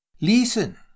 Listen